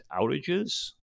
outages